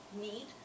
need